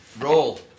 Roll